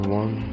one